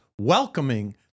welcoming